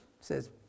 says